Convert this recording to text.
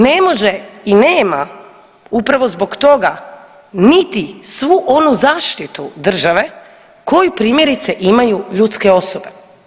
Ne može i nema upravo zbog toga niti svu onu zaštitu države koju primjerice imaju ljudske osobe.